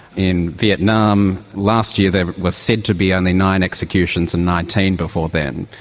in vietnam last year there was said to be only nine executions and nineteen before then,